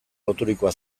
loturikoa